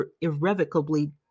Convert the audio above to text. irrevocably